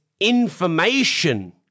information